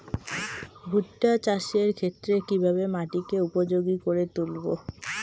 ভুট্টা চাষের ক্ষেত্রে কিভাবে মাটিকে উপযোগী করে তুলবো?